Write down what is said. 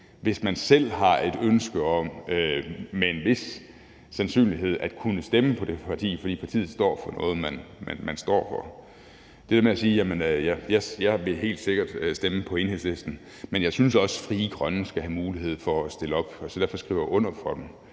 hvis man selv har et ønske om med en vis sandsynlighed at kunne stemme på det parti, fordi partiet står for noget, man står for. Det der med at sige, at man helt sikkert vil stemme på Enhedslisten, men man synes også, Frie Grønne skal have mulighed for at stille op, så derfor skriver man under for dem,